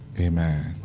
amen